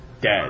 dead